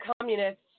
communists